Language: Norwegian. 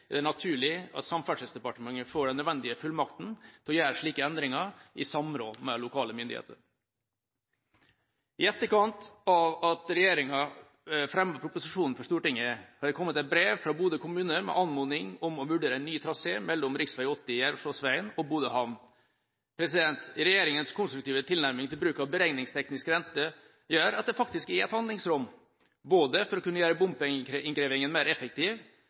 er det naturlig at Samferdselsdepartementet får den nødvendige fullmakten til å gjøre slike endringer i samråd med lokale myndigheter. I etterkant av at regjeringa fremmet proposisjonen for Stortinget, har det kommet et brev fra Bodø kommune med anmodning om å vurdere en ny trasé mellom rv. 80/Gjerdåsveien og Bodø havn. Regjeringas konstruktive tilnærming til bruk av beregningsteknisk rente gjør at det faktisk er handlingsrom både til å kunne gjøre bompengeinnkrevingen mer effektiv,